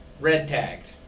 red-tagged